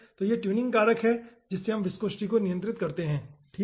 तो यह ट्यूनिंग कारक है जिससे हमें विस्कोसिटी को नियंत्रित करना है ठीक है